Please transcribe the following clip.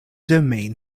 domain